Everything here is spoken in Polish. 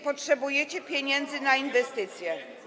Potrzebujcie pieniędzy na inwestycje.